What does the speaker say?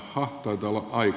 jaha taitaa olla aika